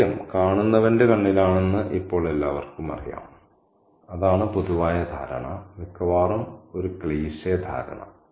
സൌന്ദര്യം കാണുന്നവന്റെ കണ്ണിലാണെന്ന് ഇപ്പോൾ എല്ലാവർക്കും അറിയാം അതാണ് പൊതുവായ ധാരണ മിക്കവാറും ഒരു ക്ലീഷേ ധാരണ